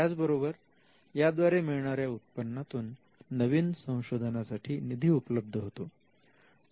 त्याचबरोबर याद्वारे मिळणाऱ्या उत्पन्नातून नवीन संशोधनासाठी निधी उपलब्ध होतो